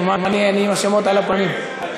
אני עם השמות על הפנים.